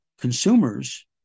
consumers